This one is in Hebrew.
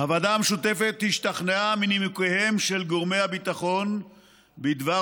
הוועדה המשותפת השתכנעה מנימוקיהם של גורמי הביטחון בדבר